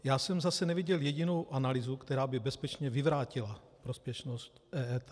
Já jsem zase neviděl jedinou analýzu, která by bezpečně vyvrátila prospěšnost EET.